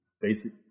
basic